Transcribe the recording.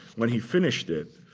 when he finished it,